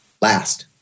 last